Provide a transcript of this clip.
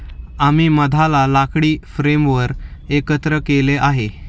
आम्ही मधाला लाकडी फ्रेमवर एकत्र केले आहे